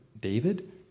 David